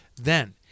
Then-